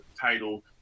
title